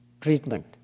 treatment